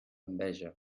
enveja